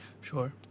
Sure